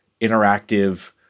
interactive